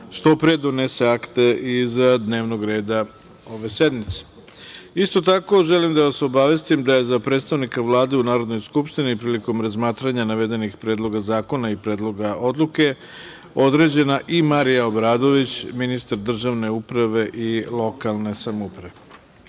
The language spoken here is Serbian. što pre donese akte iz dnevnog reda ove sednice. Isto tako, želim da vas obavestim da je za predstavnika Vlade u Narodnoj skupštini prilikom razmatranja navedenih predloga zakona i predloga odluka određena i Marija Obradović, ministar državne uprave i lokalne samouprave. Idemo